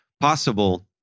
Possible